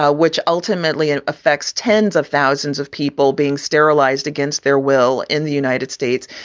ah which ultimately and affects tens of thousands of people being sterilized against their will in the united states,